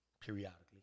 periodically